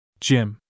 Jim